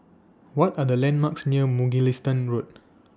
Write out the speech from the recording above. What Are The landmarks near Mugliston Road